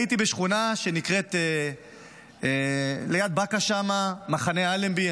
הייתי בשכונה ליד בקעה שם, שנקראת מחנה אלנבי.